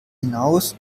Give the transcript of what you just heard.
hinaus